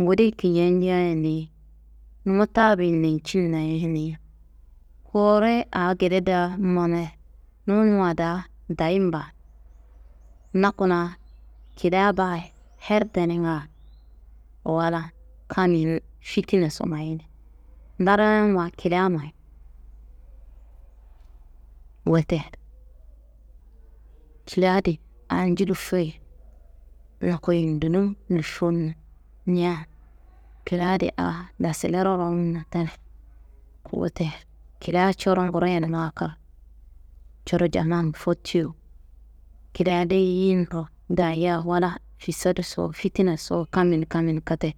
ngudiyi kinjenjea ye ni, numma tabi njecinna ye ni, kure aa gede daa manenunwa daa dayin baa, na kuna kilia baayi her teninga wala kammin fitinaso mayini, ndaaran wayi kila mayi. Wote kilia di aa njulufo ye, ndoko yindunum lifunna nja kiladi aa dasilero ronunna teni. Wote kilia coro nguroyenwa kal, coro jaman foktiyo kilia leyiyinro daaya wala fisaduso, fitinaso, kammi n kammi n katte.